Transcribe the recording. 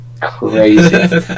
crazy